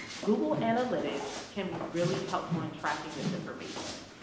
google analytics can be really helpful in tracking this information.